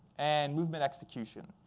and movement execution.